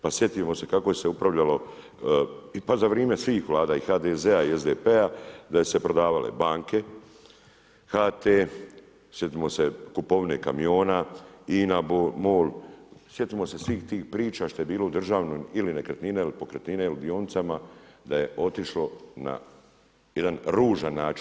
Pa sjetimo se kako je se upravljalo pa za vrime svih vlada i HDZ-a i SDP-a, da su se prodavale banke, HT, sjetimo se kupovine kamiona, INA, MOL sjetimo se svih tih priča što je bilo u državnom ili nekretnine ili pokretnine ili u dionicama da je otišlo na jedan ružan način.